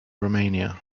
romania